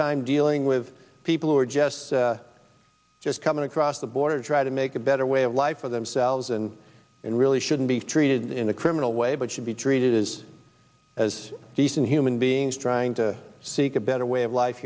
time dealing with people who are just just coming across the border to try to make a better way of life for themselves and and really shouldn't be treated in a criminal way but should be treated as decent human beings trying to seek a better way of life